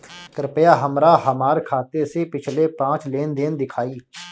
कृपया हमरा हमार खाते से पिछले पांच लेन देन दिखाइ